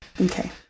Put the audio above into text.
Okay